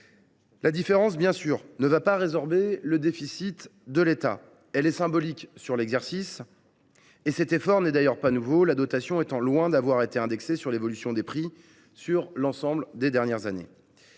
La différence, bien sûr, ne va pas résorber le déficit de l’État. Elle est symbolique sur l’exercice. Cet effort n’est d’ailleurs pas nouveau, la dotation étant loin d’avoir été indexée sur l’évolution des prix ces dernières années.